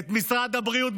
את משרד הבריאות,